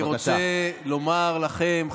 אני רוצה לומר לכם,